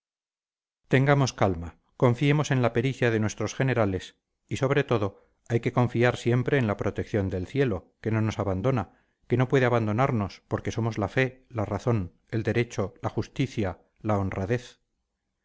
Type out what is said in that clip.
tengamos calma confiemos en la pericia de nuestros generales y sobre todo hay que confiar siempre en la protección del cielo que no nos abandona que no puede abandonarnos porque somos la fe la razón el derecho la justicia la honradez